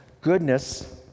goodness